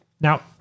Now